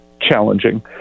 challenging